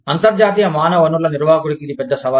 అంతర్జాతీయ మానవ వనరుల నిర్వాహకుడికి ఇది ఒక పెద్ద సవాలు